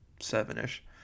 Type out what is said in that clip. seven-ish